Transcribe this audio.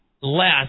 less